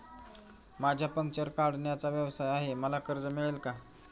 माझा पंक्चर काढण्याचा व्यवसाय आहे मला कर्ज मिळेल का?